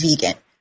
vegan